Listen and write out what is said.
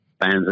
fans